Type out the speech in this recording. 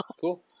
cool